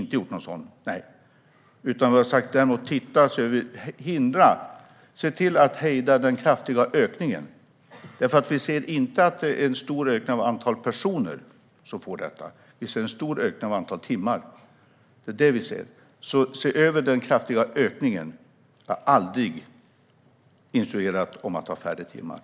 Däremot har vi sagt att man ska hejda den kraftiga ökningen. Det är inte en stor ökning av antalet personer som får assistansersättning utan en stor ökning av antalet timmar. Vi vill att man ska se över den kraftiga ökningen. Vi har aldrig instruerat om att minska antalet timmar.